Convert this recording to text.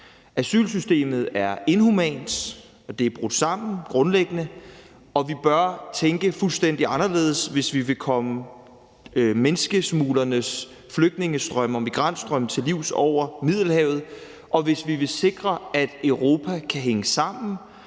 Asylsystemet er inhumant, og det er grundlæggende brudt sammen, og vi bør tænke fuldstændig anderledes, hvis vi vil komme menneskesmuglernes flygtningestrømme og migrantstrømme over Middelhavet til livs, og hvis vi vil sikre, at Europa kan hænge sammen,